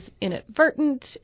inadvertent